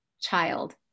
child